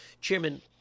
Chairman